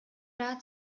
rat